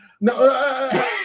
No